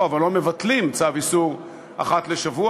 אבל לא מבטלים צו איסור אחת לשבוע,